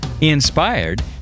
inspired